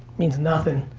means nothing.